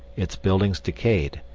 its buildings decayed,